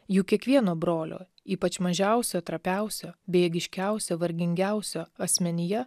jų kiekvieno brolio ypač mažiausio trapiausio bejėgiškiausio vargingiausio asmenyje